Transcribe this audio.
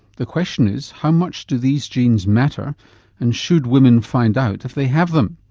the question is, how much do these genes matter and should women find out if they have them?